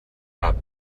cap